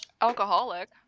Alcoholic